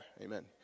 Amen